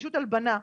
פשוט הלבנה,